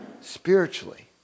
spiritually